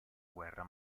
guerra